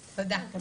תודה.